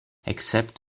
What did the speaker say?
except